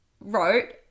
wrote